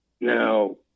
Now